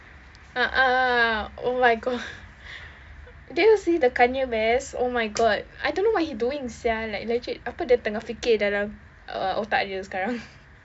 a'ah oh my god did you see the kanye mess oh my god I don't know what he doing [sial] like legit apa dia tengah fikir dalam uh otak dia sekarang